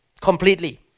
completely